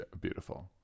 beautiful